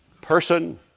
person